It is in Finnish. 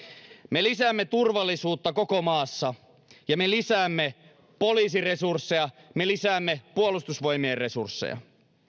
me lisäämme turvallisuutta koko maassa me lisäämme poliisiresursseja me lisäämme puolustusvoimien resursseja